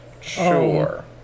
Sure